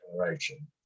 generation